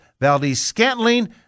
Valdez-Scantling